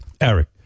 Eric